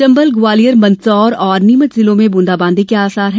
चंबल ग्वालियर मंदसौर और नीमच जिलों में बुंदाबादी के आसार है